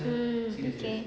mm okay